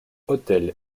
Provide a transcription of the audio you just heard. hôtels